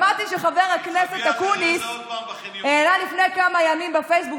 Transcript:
שמעתי שחבר הכנסת אקוניס העלה לפני כמה ימים בפייסבוק